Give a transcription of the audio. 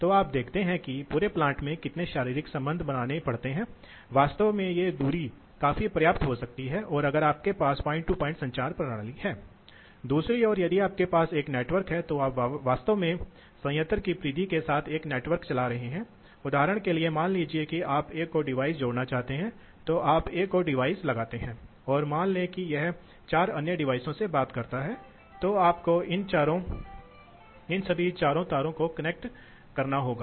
तो आप देखते हैं कि यदि आप पंखे को चालू करते हैं तो मान लीजिए कि प्रवाह दर थोड़ी देर के लिए बढ़ जाएगी फिर से गिर जाएगी और फिर आप इसे चालू कर देंगे और फिर इसे बंद कर देंगे इसलिए आप एक औसत प्रवाह स्थापित करने में सक्षम होंगे और यह औसत वास्तव में उस पर निर्भर करेगा जिसे ड्यूटी अनुपात के रूप में जाना जाता है इसलिए यह चालू है यह बंद है इसलिए मूल रूप से औसत मूल्य होगा या वास्तव में क्या होगा तो यह धीरे धीरे नहीं बढ़ेगा क्योंकि समय स्थिरांक पर्याप्त तेज़ होगा बजाय की यह इस तरह होगा